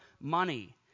money